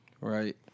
Right